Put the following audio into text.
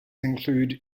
include